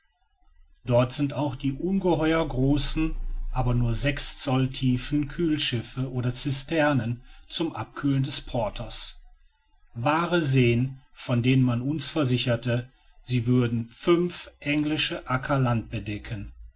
dort sind auch die ungeheuer großen aber nur sechs zoll tiefen kühlschiffe oder zisternen zum abkühlen des porters wahre seen von denen man uns versicherte sie würden fünf englische acker land bedecken